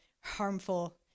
harmful